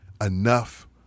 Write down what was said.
enough